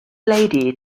lady